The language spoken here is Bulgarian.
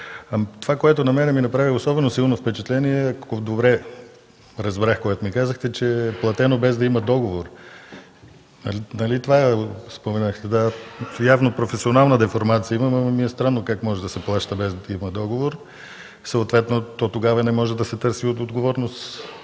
Това, което на мен ми направи особено силно впечатление, ако добре разбрах, което казахте, че е платено без да има договор. Нали това споменахте? Явно професионална деформация има, но ми е странно как може да се плаща без да има договор? Съответно тогава не може да се търси отговорност